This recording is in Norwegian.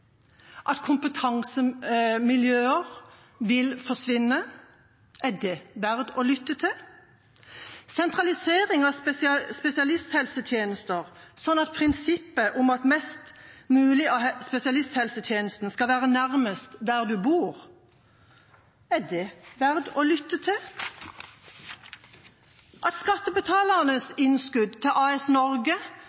at kompetansemiljøer vil forsvinne – er de verdt å lytte til? Innspill om sentralisering av spesialisthelsetjenester og prinsippet om at mest mulig av spesialisthelsetjenesten skal være nær der man bor – er det verdt å lytte til? At skattebetalernes innskudd til AS Norge